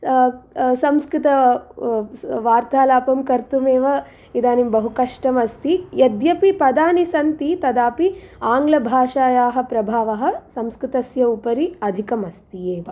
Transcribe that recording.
संस्कृते वार्तालापं कर्तुम् एव इदानीं बहु कष्टम् अस्ति यद्यपि पदानि सन्ति तदापि आङ्लभाषायाः प्रभावः संस्कृतस्य उपरि अधिकम् अस्ति एव